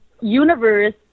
Universe